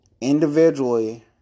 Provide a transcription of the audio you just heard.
individually